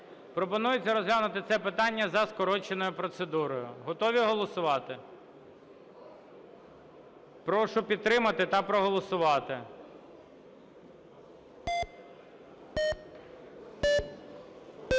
Пропонується розглянути це питання за скороченою процедурою. Готові голосувати? Прошу підтримати та проголосувати.